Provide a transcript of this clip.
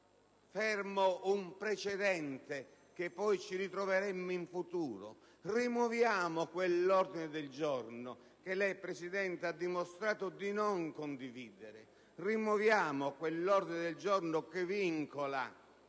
fermo un precedente che poi ci ritroveremmo in futuro? Rimuoviamo, dunque, quell'ordine del giorno che lei, signor Presidente, ha dimostrato di non condividere. Rimuoviamo quell'ordine del giorno che vincola